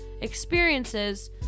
experiences